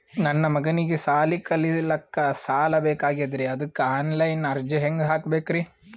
ನನ್ನ ಮಗನಿಗಿ ಸಾಲಿ ಕಲಿಲಕ್ಕ ಸಾಲ ಬೇಕಾಗ್ಯದ್ರಿ ಅದಕ್ಕ ಆನ್ ಲೈನ್ ಅರ್ಜಿ ಹೆಂಗ ಹಾಕಬೇಕ್ರಿ?